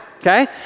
okay